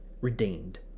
redeemed